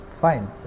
fine